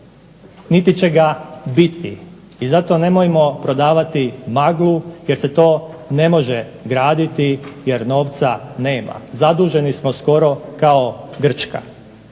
niti će ga biti. I zato nemojmo prodavati maglu, jer se to ne može graditi, jer novca nema. Zaduženi smo skoro kao Grčka.